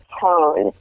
tone